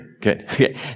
Good